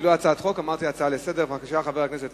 חבר הכנסת